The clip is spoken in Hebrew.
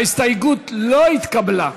ההסתייגות לא התקבלה.